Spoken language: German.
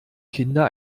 kinder